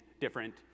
different